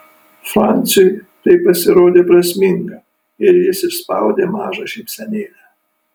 franciui tai pasirodė prasminga ir jis išspaudė mažą šypsenėlę